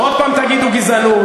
עוד פעם תגידו גזענות,